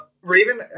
Raven